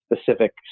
specific